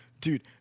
Dude